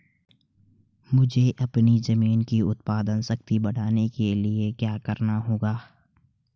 मुझे अपनी ज़मीन की उत्पादन शक्ति बढ़ाने के लिए क्या करना होगा?